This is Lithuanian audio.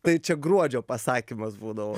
tai čia gruodžio pasakymas būdavo